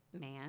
man